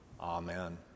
Amen